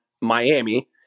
Miami